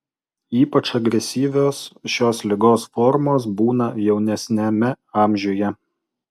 ypač agresyvios šios ligos formos būna jaunesniame amžiuje